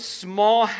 small